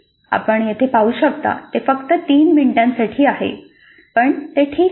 आपण येथे पाहू शकता ते फक्त 3 मिनिटांसाठी आहे पण ते ठीक आहे